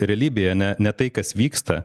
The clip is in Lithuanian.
realybėje ane ne tai kas vyksta